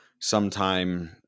sometime